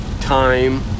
time